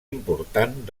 important